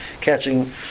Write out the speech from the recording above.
catching